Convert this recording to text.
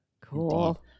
Cool